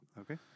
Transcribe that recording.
Okay